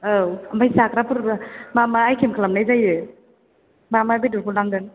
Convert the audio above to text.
औ ओमफ्राय जाग्राफोरबो मा मा आइटेम खालामनाय जायो मा मा बेदरखौ लांगोन